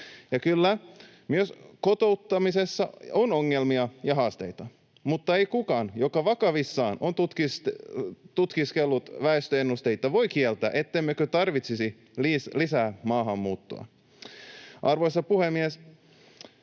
Ja kyllä, myös kotouttamisessa on ongelmia ja haasteita, mutta ei kukaan, joka vakavissaan on tutkiskellut väestöennusteita, voi kieltää, ettemmekö tarvitsisi lisää maahanmuuttoa. Arvoisa puhemies!